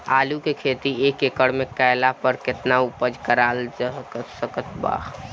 आलू के खेती एक एकड़ मे कैला पर केतना उपज कराल जा सकत बा?